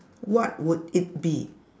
what would it be